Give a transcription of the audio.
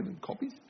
copies